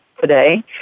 today